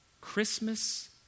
Christmas